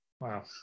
Wow